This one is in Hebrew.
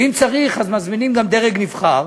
ואם צריך אז מזמינים גם דרג נבחר,